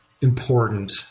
important